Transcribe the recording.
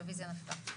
הרוויזיה נפלה.